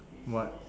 what